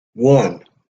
one